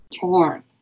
torn